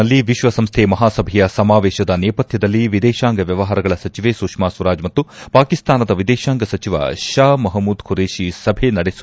ನ್ಯೂಯಾರ್ಕ್ನಲ್ಲಿ ವಿಶ್ವಸಂಸ್ಥೆ ಮಹಾಸಭೆಯ ಸಮಾವೇಶದ ನೇಪಥ್ವದಲ್ಲಿ ವಿದೇಶಾಂಗ ವ್ವವಹಾರಗಳ ಸಚಿವೆ ಸುಷ್ಕಾ ಸ್ವರಾಜ್ ಮತ್ತು ಪಾಕಿಸ್ತಾನದ ವಿದೇಶಾಂಗ ಸಚಿವ ಷಾ ಮಹಮೂದ್ ಖುರೇಷಿ ಸಭೆ ನಡೆಸುವ ಕಾರ್ಯಕ್ರಮ